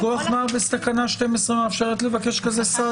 מכוח מה בתקנה 12 מאפשרת לבקש כזה סעד דחוף?